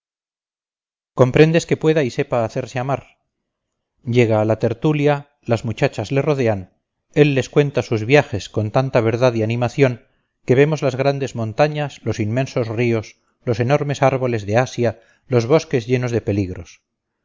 comprendes que pueda y sepa hacerse amar llega a la tertulia las muchachas le rodean él les cuenta sus viajes con tanta verdad y animación que vemos las grandes montañas los inmensos ríos los enormes árboles de asia los bosques llenos de peligros